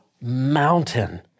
mountain